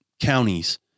counties